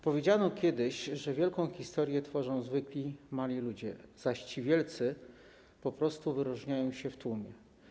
Powiedziano kiedyś, że wielką historię tworzą zwykli, mali ludzie, zaś ci wielcy po prostu wyróżniają się w tłumie.